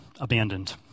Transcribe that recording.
abandoned